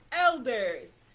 elders